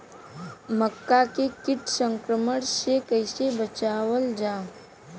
मक्का के कीट संक्रमण से कइसे बचावल जा?